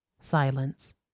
Silence